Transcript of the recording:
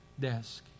desk